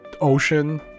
ocean